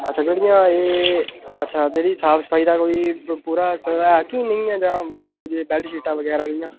अच्छा जेह्ड़ियां एह् अच्छा जेह्ड़ी साफ सफाई दा कोई पूरा ऐ के नेई ऐ जां मतलब जे बेडशीटां बगैरा